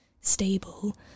stable